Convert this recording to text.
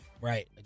Right